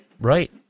Right